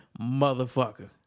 motherfucker